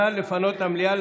נא לפנות את המליאה,